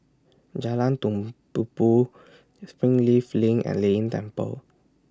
Jalan Tumpupu Springleaf LINK and Lei Yin Temple